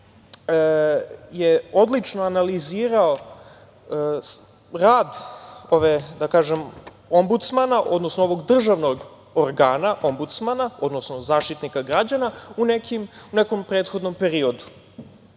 odlično je analizirao rad Ombudsmana, odnosno ovog državnog organa, odnosno Zaštitnika građana, u nekom prethodnom periodu. Naime,